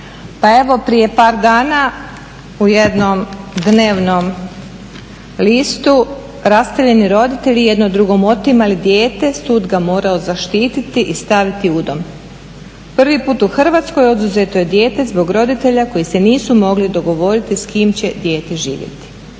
Pa evo prije par dana u jednom dnevnom listu rastavljeni roditelji jedno drugom su otimali dijete, sud ga je morao zaštititi i staviti u dom. Prvi put u Hrvatskoj oduzeto je dijete zbog roditelja koji se nisu mogli dogovoriti s kim će dijete živjeti.